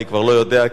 אני כבר לא יודע,